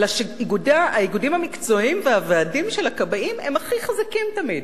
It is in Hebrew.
אלא שהאיגודים המקצועיים והוועדים של הכבאים הם הכי חזקים תמיד,